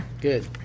Good